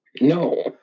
No